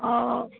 ও